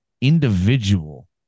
individual